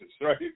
right